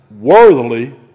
worthily